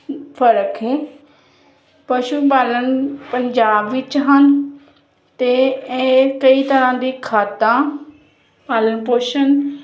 ਫਰਕ ਹੈ ਪਸ਼ੂ ਪਾਲਣ ਪੰਜਾਬ ਵਿੱਚ ਹਨ ਅਤੇ ਇਹ ਕਈ ਤਰ੍ਹਾਂ ਦੀ ਖਾਦਾ ਪਾਲਣ ਪੋਸ਼ਣ